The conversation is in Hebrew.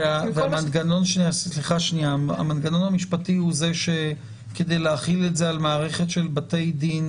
והמנגנון המשפטי הוא זה שכדי להחיל את זה על מערכת של בתי דין,